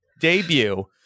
debut